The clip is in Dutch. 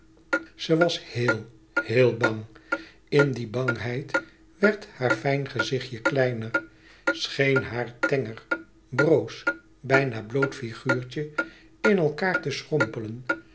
ze was heel heel bang in die bangheid werd haar fijn gezichtje kleiner scheen haar tenger broos bijna bloot figuurtje in elkaâr te